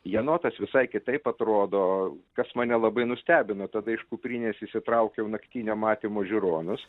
jenotas visai kitaip atrodo kas mane labai nustebino tada iš kuprinės išsitraukiau naktinio matymo žiūronus